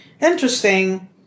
interesting